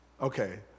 Okay